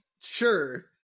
Sure